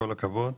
כל הכבוד.